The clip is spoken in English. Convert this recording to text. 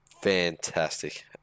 Fantastic